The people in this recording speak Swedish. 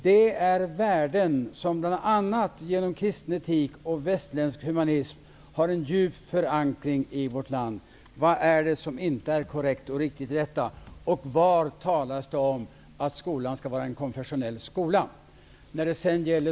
Det är värden som bland annat genom kristen etik och västerländsk humanism har en djup förankring i vårt land.'' Vad är det som inte är korrekt och riktigt i detta? Var talas det om att skolan ska vara en konfessionell skola?